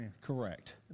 Correct